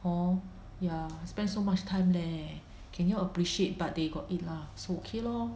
hor ya spend so much time leh can y'all appreciate but they got eat lah so ok lor